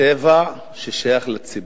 טבע ששייך לציבור.